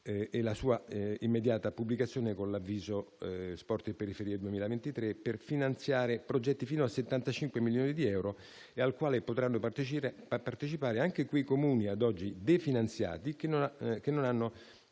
e la sua immediata pubblicazione con l'avviso «Sport e periferie 2023», per finanziare progetti fino a 75 milioni di euro, al quale potranno partecipare, anche qui, i Comuni ad oggi definanziati che non hanno